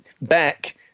back